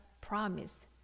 promise